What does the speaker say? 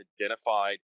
identified